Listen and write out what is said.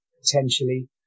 potentially